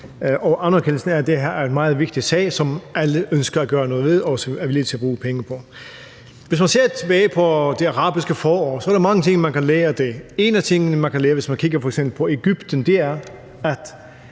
for anerkendelsen af, at det her er en meget vigtig sag, som alle ønsker at gøre noget ved og også er villige til at bruge penge på. Hvis man ser tilbage på det arabiske forår, er der mange ting, man kan lære af det. En af tingene, man kan lære, hvis man kigger på f.eks. Egypten, er, at